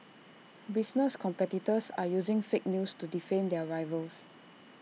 business competitors are using fake news to defame their rivals